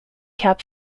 cap